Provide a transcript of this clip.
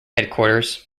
headquarters